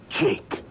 Jake